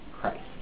Christ